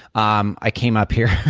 um i came up here.